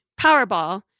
Powerball